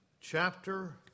chapter